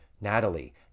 Natalie